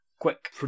quick